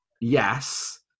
Yes